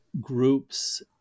groups